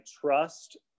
trust